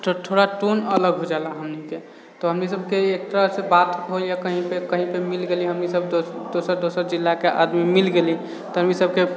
थो थोड़ा टोन अलग हो जाला हमनीके तऽ हमनी सभके एक तरहसँ बात होइए कहीं पर कहीं पर मिल गेली हमनीसभ तऽ दोसर दोसर जिलाके आदमी मिल गेली तऽ हमी सभके